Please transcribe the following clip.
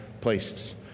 places